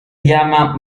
llama